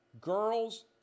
Girls